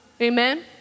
Amen